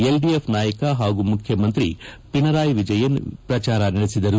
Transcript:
LDF ನಾಯಕ ಹಾಗೂ ಮುಖ್ಯಮಂತ್ರಿ ಪಿನರಾಯ್ ವಿಜಯನ್ ಪ್ರಚಾರ ನಡೆಸಿದರು